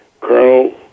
Colonel